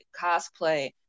Cosplay